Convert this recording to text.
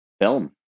film